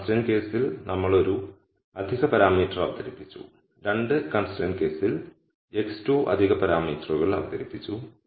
ഒരു കൺസ്ട്രെയിന്റ് കേസിൽ നമ്മൾ ഒരു അധിക പാരാമീറ്റർ അവതരിപ്പിച്ചു 2 കൺസ്ട്രെയ്ൻറ് കേസിൽ x2 അധിക പാരാമീറ്ററുകൾ അവതരിപ്പിച്ചു